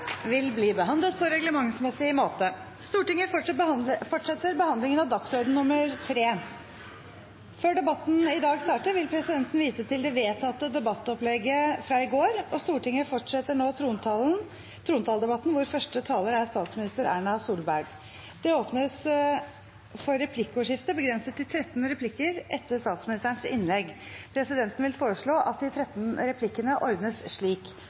bli behandlet på reglementsmessig måte. Man fortsatte behandlingen av Før debatten i dag starter, vil presidenten vise til det vedtatte debattopplegget fra i går. Stortinget fortsetter nå trontaledebatten, hvor første taler er statsminister Erna Solberg. Det åpnes for replikkordskifte begrenset til 13 replikker med svar etter statsministerens innlegg. Presidenten vil foreslå at de 13 replikkene ordnes slik: